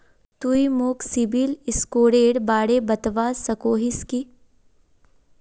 तुई मोक सिबिल स्कोरेर बारे बतवा सकोहिस कि?